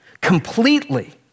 Completely